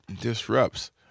disrupts